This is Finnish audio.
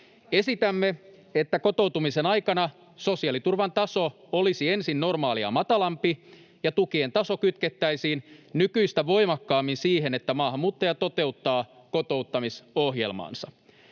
Esitämme, että kotoutumisen aikana sosiaaliturvan taso olisi ensin normaalia matalampi ja tukien taso kytkettäisiin nykyistä voimakkaammin siihen, että maahanmuuttaja toteuttaa kotoutumisohjelmaansa.